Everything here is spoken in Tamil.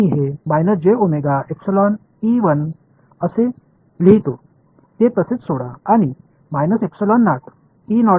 எனவே இந்த விஷயத்தில் என்று எழுதுவேன் மற்றும் இதை அப்படியே விட்டுவிட்டு நான் வெளிப்பாட்டை E என்று இணைக்க முடியும் மேலும் E எனக்கு கிடைக்கும்